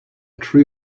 true